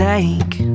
Take